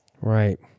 Right